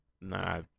Nah